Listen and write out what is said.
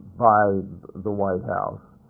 by the white house.